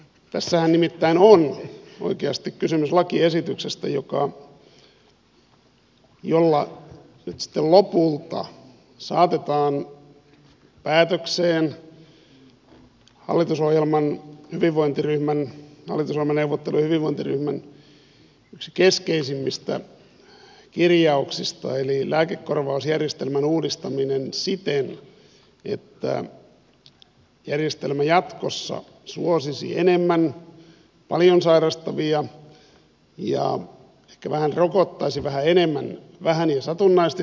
tässähän nimittäin on oikeasti kysymys lakiesityksestä jolla nyt sitten lopulta saatetaan päätökseen hallitusohjelmaneuvottelujen hyvinvointiryhmän yksi keskeisimmistä kirjauksista eli lääkekorvausjärjestelmän uudistaminen siten että järjestelmä jatkossa suosisi enemmän paljon sairastavia ja ehkä rokottaisi vähän enemmän vähän ja satunnaisesti sairastavia